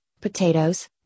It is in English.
potatoes